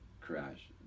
crash